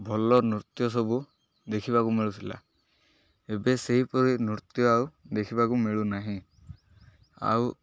ଭଲ ନୃତ୍ୟ ସବୁ ଦେଖିବାକୁ ମିଳୁଥିଲା ଏବେ ସେହିପରି ନୃତ୍ୟ ଆଉ ଦେଖିବାକୁ ମିଳୁନାହିଁ ଆଉ